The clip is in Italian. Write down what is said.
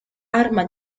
arma